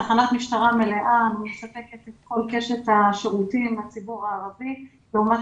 תחנת משטרה מלאה מספקת את כל קשת השירותים לציבור הערבי לעומת